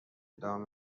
دام